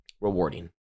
rewarding